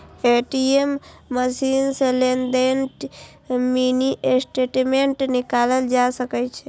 ATM machine सं लेनदेन के मिनी स्टेटमेंट निकालल जा सकै छै